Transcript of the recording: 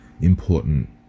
important